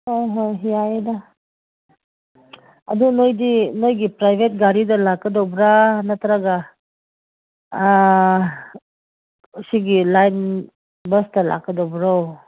ꯍꯣꯏ ꯍꯣꯏ ꯌꯥꯏꯌꯦꯗ ꯑꯗꯨ ꯅꯣꯏꯗꯤ ꯅꯣꯏꯒꯤ ꯄ꯭ꯔꯥꯏꯚꯦꯠ ꯒꯥꯔꯤꯗ ꯂꯥꯛꯀꯗꯧꯕ꯭ꯔꯥ ꯅꯠꯇ꯭ꯔꯒ ꯁꯤꯒꯤ ꯂꯥꯏꯟ ꯕꯁꯇ ꯂꯥꯛꯀꯗꯧꯕꯔꯣ